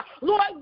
Lord